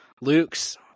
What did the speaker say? Luke's